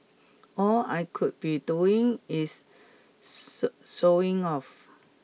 all I could be doing is showing off